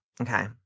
Okay